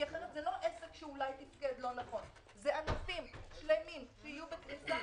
כי אחרת זה לא עסק שאולי תפקד לא נכון אלא זה ענפים שלמים שיהיו בקריסה,